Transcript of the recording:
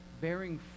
Bearing